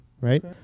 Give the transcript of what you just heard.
right